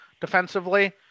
defensively